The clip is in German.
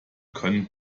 können